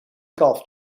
golf